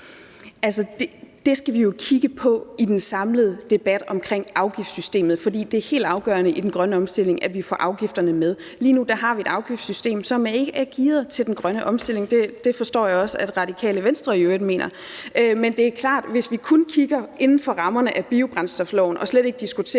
Det skal vi jo kigge på i den samlede debat om afgiftssystemet, for det er helt afgørende for den grønne omstilling, at vi får afgifterne med. Lige nu har vi et afgiftssystem, som ikke er gearet til den grønne omstilling – det forstår jeg også at Radikale Venstre i øvrigt mener. Men det er klart, at hvis vi kun kigger inden for rammerne af biobrændstofloven og slet ikke diskuterer,